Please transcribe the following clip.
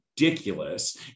ridiculous